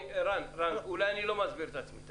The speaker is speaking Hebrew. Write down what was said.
אולי אני לא מסביר את עצמי.